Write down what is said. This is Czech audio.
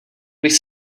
bych